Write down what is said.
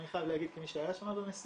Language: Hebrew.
אני חייב להגיד כמי שהיה במסיבה,